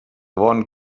bon